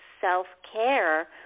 self-care